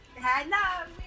Hello